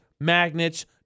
magnets